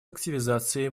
активизации